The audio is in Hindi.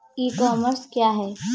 ई कॉमर्स क्या है?